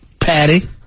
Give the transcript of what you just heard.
Patty